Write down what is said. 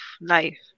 life